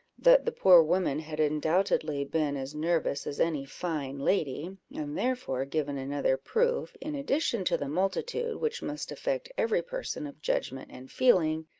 that the poor woman had undoubtedly been as nervous as any fine lady, and therefore given another proof, in addition to the multitude which must affect every person of judgment and feeling,